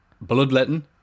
bloodletting